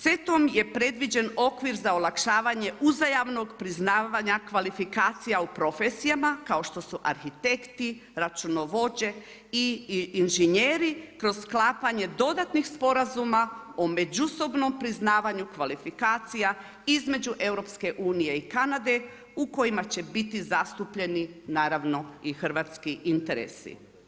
CETA-om je predviđen okvir za olakšavanje uzajamnog priznavanja kvalifikacija u profesijama kao što su arhitekti, računovođe i inženjeri kroz sklapanje dodatnih sporazuma o međusobnom priznavanju kvalifikacija između EU i Kanade u kojima će biti zastupljeni naravno i hrvatski interesi.